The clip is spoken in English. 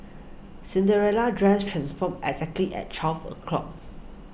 Cinderella's dress transformed exactly at twelve o'clock